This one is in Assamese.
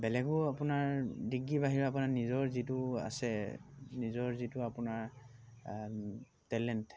বেলেগো আপোনাৰ ডিগ্ৰীৰ বাহিৰে আপোনাৰ নিজৰ যিটো আছে নিজৰ যিটো আপোনাৰ টেলেণ্ট